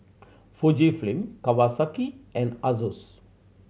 Fujifilm Kawasaki and Asus